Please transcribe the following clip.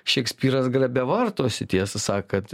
šekspyras grabe vartosi tiesą sakant